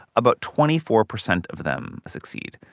about twenty four percent of them succeed.